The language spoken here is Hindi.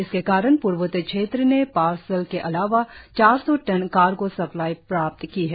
इसके कारण पूर्वोत्तर क्षेत्र ने पार्सल के अलावा चार सौ टन कार्गो सप्लाई प्राप्त की है